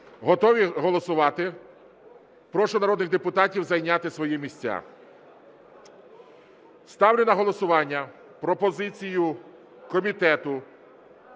готові голосувати? Прошу народних депутатів зайняти свої місця. Ставлю на голосування пропозицію комітету